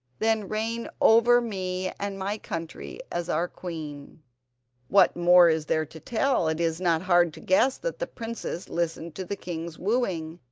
then reign over me and my country as our queen what more is there to tell? it is not hard to guess that the princess listened to the king's wooing,